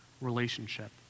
relationship